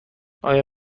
آیا